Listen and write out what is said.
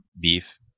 beef